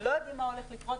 לא יודעים מה הולך לקרות,